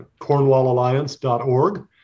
cornwallalliance.org